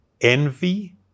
envy